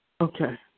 Okay